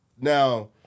Now